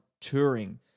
touring